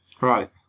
Right